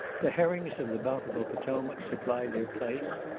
the herrings of the bountiful potomac supply their place.